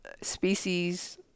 species